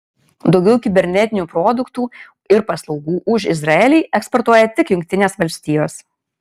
daugiau kibernetinių produktų ir paslaugų už izraelį eksportuoja tik jungtinės valstijos